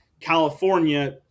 California